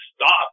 stop